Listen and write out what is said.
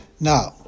Now